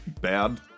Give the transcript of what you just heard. bad